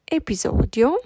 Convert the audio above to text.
episodio